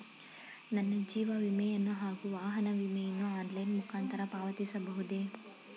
ನನ್ನ ಜೀವ ವಿಮೆಯನ್ನು ಹಾಗೂ ವಾಹನ ವಿಮೆಯನ್ನು ಆನ್ಲೈನ್ ಮುಖಾಂತರ ಪಾವತಿಸಬಹುದೇ?